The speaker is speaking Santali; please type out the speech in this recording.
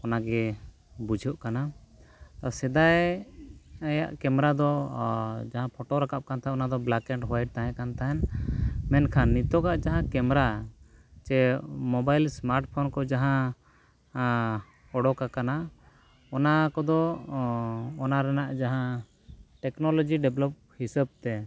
ᱚᱱᱟᱜᱮ ᱵᱩᱡᱷᱟᱹᱜ ᱠᱟᱱᱟ ᱥᱮᱫᱟᱭ ᱨᱮᱭᱟᱜ ᱠᱮᱢᱮᱨᱟ ᱫᱚ ᱡᱟᱦᱟᱸ ᱯᱷᱳᱴᱳ ᱨᱟᱠᱟᱵ ᱠᱟᱱ ᱛᱟᱦᱮᱸᱫ ᱚᱱᱟᱫᱚ ᱵᱞᱮᱠ ᱮᱱᱰ ᱦᱳᱣᱟᱭᱤᱴ ᱛᱟᱦᱮᱸ ᱠᱟᱱ ᱛᱟᱦᱮᱸᱫ ᱢᱮᱱᱠᱷᱟᱱ ᱱᱤᱛᱚᱜᱟᱜ ᱡᱟᱦᱟᱸ ᱠᱮᱢᱮᱨᱟ ᱪᱮ ᱢᱳᱵᱟᱭᱤᱞ ᱥᱢᱟᱨᱴ ᱯᱷᱳᱱ ᱠᱚᱨᱮᱜ ᱡᱟᱦᱟᱸ ᱚᱰᱳᱠ ᱟᱠᱟᱱᱟ ᱚᱱᱟ ᱠᱚᱫᱚ ᱚᱱᱟ ᱨᱮᱱᱟᱜ ᱡᱟᱦᱟᱸ ᱴᱮᱠᱱᱳᱞᱳᱡᱤ ᱰᱮᱵᱷᱞᱚᱯ ᱦᱤᱥᱟᱹᱵ ᱛᱮ